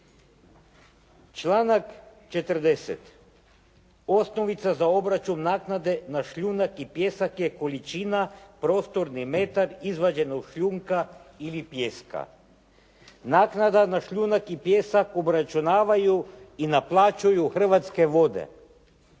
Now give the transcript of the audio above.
Članak 40. osnovica za obračun naknade na šljunak i pijesak je količina prostorni metar izvađenog šljunka ili pijeska. Naknada na šljunak i pijesak obračunavaju i naplaćuju Hrvatske vode.